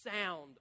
sound